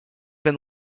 been